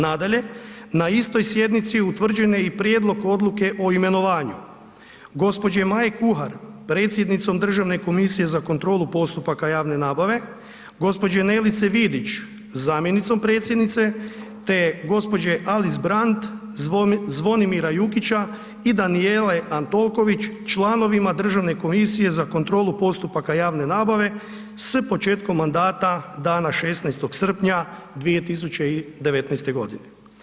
Nadalje, na istoj sjednici utvrđen je i prijedlog odluke o imenovanju, gđa. Maji Kuhar, predsjednicom Državne komisije za kontrolu postupaka javne nabave, gđa. Nelici Vidić, zamjenicom predsjednice te gđe. Alis Brand, Zvonimira Jukića i Danijele Antolković članovima Državne komisije za kontrolu postupaka javne nabave s početkom mandata dana 16. srpnja 2019. godine.